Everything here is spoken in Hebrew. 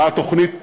מה התוכנית?